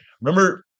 remember